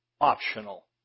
optional